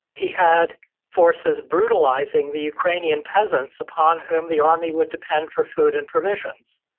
he had forces brutalizing the ukrainian peasants, upon whom the army would depend for food and provisions.